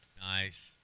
Nice